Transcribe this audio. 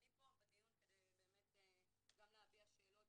ואני פה בדיון כדי באמת גם להעלות שאלות